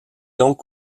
donc